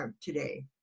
today